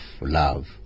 love